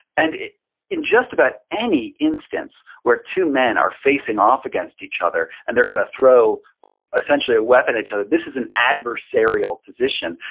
and in just about any instance where two men are facing off against each other, and they're gonna throw essentially a weapon at other, this is an adversarial position.